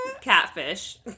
catfish